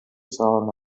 چهار